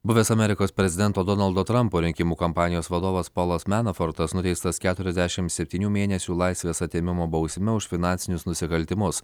buvęs amerikos prezidento donaldo trampo rinkimų kampanijos vadovas polas menofortas nuteistas keturiasdešimt septynių mėnesių laisvės atėmimo bausme už finansinius nusikaltimus